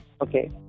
Okay